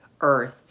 earth